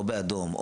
או באדום,